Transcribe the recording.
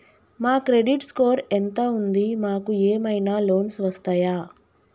మా credit score ఎంత ఉంది? మాకు ఏమైనా లోన్స్ వస్తయా?